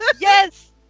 Yes